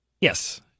Yes